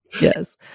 Yes